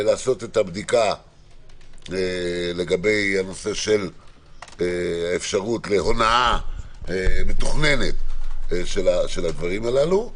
לעשות את הבדיקה לגבי הנושא של האפשרות להונאה מתוכננת של הדברים הללו,